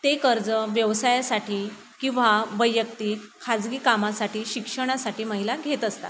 ते कर्ज व्यवसायासाठी किंवा वैयक्तिक खाजगी कामासाठी शिक्षणासाठी महिला घेत असतात